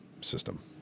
system